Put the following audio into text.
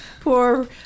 Poor